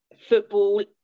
football